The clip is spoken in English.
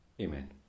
Amen